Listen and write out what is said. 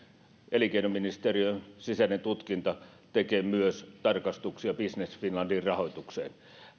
elinkeinoministeriön sisäinen tutkinta tekee tarkastuksia business finlandin rahoitukseen